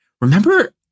remember